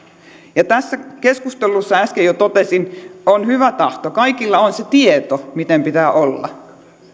rajataan tässä keskustelussa äsken jo totesin on hyvä tahto kaikilla on se tieto miten pitää olla